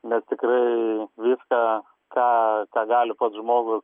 nes tikrai viską ką ką gali pats žmogus